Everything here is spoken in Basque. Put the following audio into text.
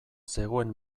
zegoen